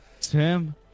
tim